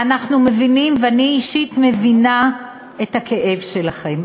ואנחנו מבינים, ואני אישית מבינה את הכאב שלכם.